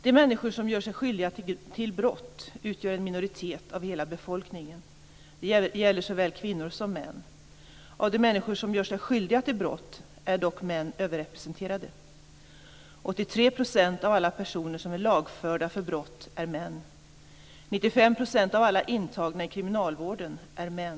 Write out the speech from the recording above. De människor som gör sig skyldiga till brott utgör en minoritet av hela befolkningen. Det gäller såväl kvinnor som män. Av de människor som gör sig skyldiga till brott är dock män överrepresenterade. 83 % av alla personer som är lagförda för brott är män. 95 % av alla intagna i kriminalvården är män.